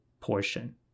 portion